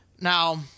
Now